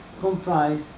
comprise